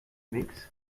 mix